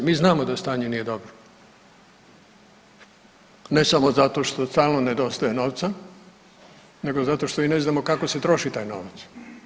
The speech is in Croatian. Mi znamo da stanje nije dobro ne samo zato što stalno nedostaje novca, nego zato što i ne znamo kako se troši taj novac.